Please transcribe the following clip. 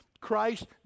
Christ